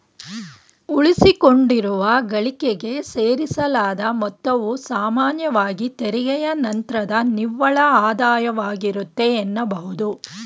ಉಳಿಸಿಕೊಂಡಿರುವ ಗಳಿಕೆಗೆ ಸೇರಿಸಲಾದ ಮೊತ್ತವು ಸಾಮಾನ್ಯವಾಗಿ ತೆರಿಗೆಯ ನಂತ್ರದ ನಿವ್ವಳ ಆದಾಯವಾಗಿರುತ್ತೆ ಎನ್ನಬಹುದು